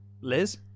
Liz